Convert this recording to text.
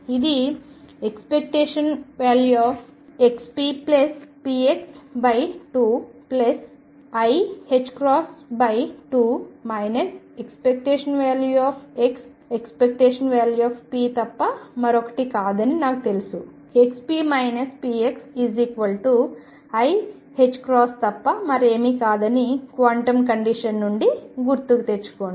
ఇది ⟨xppx⟩2 iℏ2 ⟨x⟩⟨p⟩ తప్ప మరొకటి కాదని నాకు తెలుసు xp px iℏ తప్ప మరేమీ కాదని క్వాంటం కండిషన్ నుండి గుర్తుకు తెచ్చుకోండి